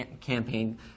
campaign